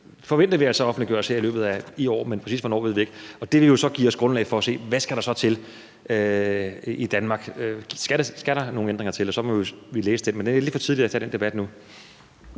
forventer vi altså offentliggøres her i løbet af i år, men præcis hvornår ved vi ikke. Det vil jo give os et grundlag for at se, hvad der så skal til i Danmark. Skal der nogle ændringer til? Vi må jo læse den, men det er lidt for tidligt at tage den debat nu.